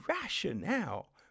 rationale